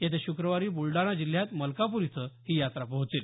येत्या शुक्रवारी बुलडाणा जिल्ह्यात मलकापूर इथं ही यात्रा पोहोचेल